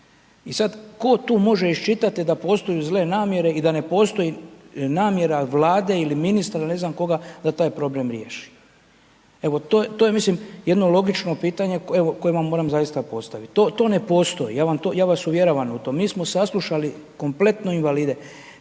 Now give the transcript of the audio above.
I sad tko tu može iščitati da postoju zle namjere i da ne postoji namjera Vlade ili ministara ili ne znam koga da taj problem riješi. Evo to je mislim jedno logično pitanje koje vam moram zaista postaviti. To ne postoji, ja vas uvjeravam u to, mi smo saslušali kompletno invalide,